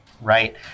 right